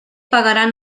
pagaran